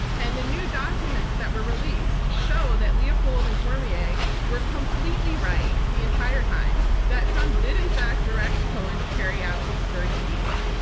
and the new documents that were released show that leopold and cormier were completely right the entire time, that trump did, in fact, direct cohen to carry out his dirty deeds.